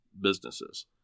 businesses